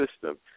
system